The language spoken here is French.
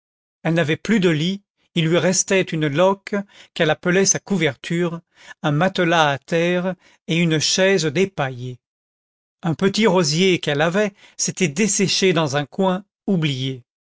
elle n'avait plus de lit il lui restait une loque qu'elle appelait sa couverture un matelas à terre et une chaise dépaillée un petit rosier qu'elle avait s'était désséché dans un coin oublié